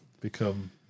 become